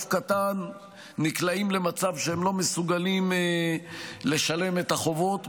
קטן נקלעים למצב שהם לא מסוגלים לשלם את החובות.